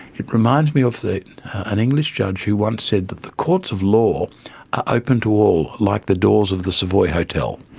it reminds me of an english judge who once said that the courts of law are open to all, like the doors of the savoy hotel.